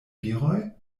viroj